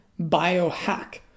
biohack